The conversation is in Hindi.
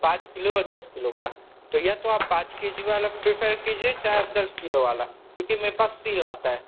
पाँच किलो और दस किलो का तो या तो आप पाँच के जी वाला प्रिफ़र कीजिए चाहे आप दस किलो वाला क्योंकि मेरे पास सील आता है